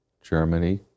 Germany